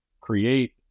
create